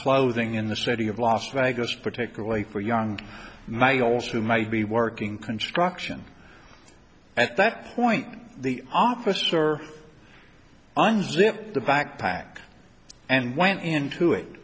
clothing in the city of las vegas particularly for young males who might be working construction at that point the officer and zipped the backpack and went into it